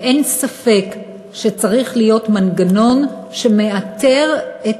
ואין ספק שצריך להיות מנגנון שמאתר את